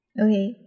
Okay